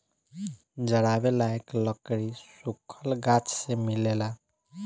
जरावे लायक लकड़ी सुखल गाछ से मिलेला